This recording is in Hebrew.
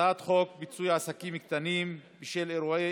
הצעת חוק פיצוי עסקים קטנים בשל אירועי